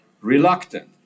reluctant